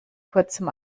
kurzem